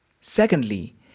Secondly